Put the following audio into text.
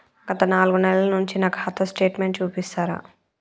గత నాలుగు నెలల నుంచి నా ఖాతా స్టేట్మెంట్ చూపిస్తరా?